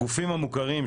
הגופים המוכרים,